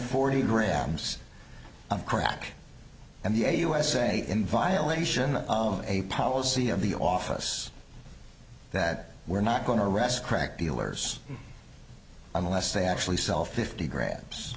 forty grams of crack and the a usa in violation of a policy of the office that we're not going to arrest crack dealers unless they actually sell fifty gra